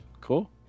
Cool